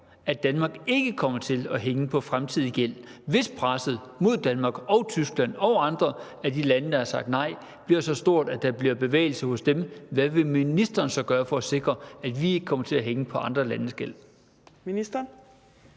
at Danmark ikke kommer til at hænge på fremtidig gæld, hvis presset mod Danmark og Tyskland og andre af de lande, der har sagt nej, bliver så stort, at der bliver bevægelse hos dem? Hvad vil ministeren så gøre for at sikre, at vi ikke kommer til at hænge på andre landes gæld?